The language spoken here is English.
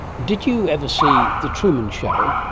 did you ever see the truman show?